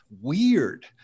weird